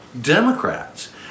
Democrats